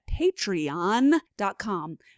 patreon.com